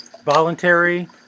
voluntary